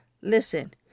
Listen